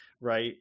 right